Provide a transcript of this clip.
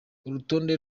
urutonde